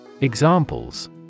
Examples